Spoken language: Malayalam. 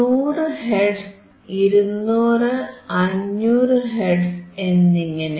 100 ഹെർട്സ് 200 500 ഹെർട്സ് എന്നിങ്ങനെ